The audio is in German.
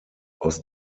aus